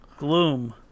gloom